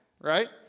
right